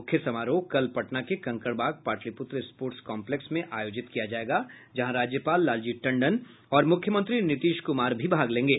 मुख्य समारोह कल पटना के कंकड़बाग पाटलिपुत्र स्पोटर्स काम्प्लेक्स में आयोजित किया जायेगा जहां राज्यपाल लालजी टंडन और मुख्यमंत्री नीतीश कुमार भी भाग लेंगे